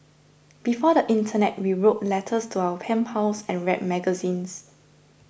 before the internet we wrote letters to our pen pals and read magazines